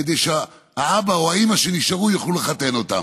כדי שהאבא או האימא שנשארו יוכלו לחתן אותם.